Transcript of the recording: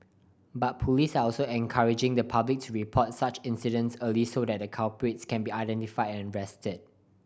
but police also encouraging the public to report such incidents early so that culprits can be identified and arrested